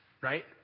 right